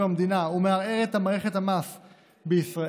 המדינה ומערערת על מערכת המס בישראל,